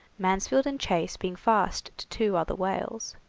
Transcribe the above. mansfield and chase being fast to two other whales.